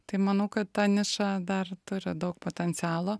tai manau kad ta niša dar turi daug potencialo